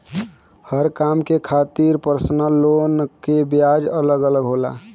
हर काम के खातिर परसनल लोन के ब्याज अलग अलग होला